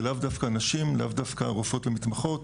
זה לאו דווקא נשים, לאו דווקא רופאות ומתמחות.